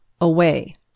away